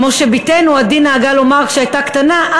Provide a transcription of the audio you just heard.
כמו שבתנו עדי נהגה לומר כשהייתה קטנה,